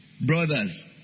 brothers